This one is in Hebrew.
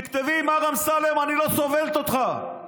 תכתבי: מר אמסלם, אני לא סובלת אותך.